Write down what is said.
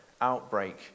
outbreak